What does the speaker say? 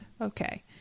Okay